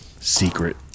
secret